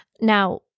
Now